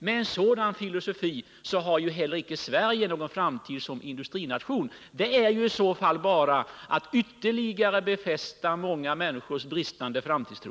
Med en sådan filosofi har heller icke Sverige någon framtid som industrination. Ett sådant resonemang befäster bara ytterligare många människors bristande framtidstro.